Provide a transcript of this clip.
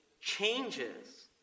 changes